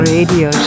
Radio